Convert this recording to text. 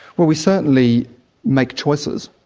well, we certainly make choices,